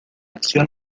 acción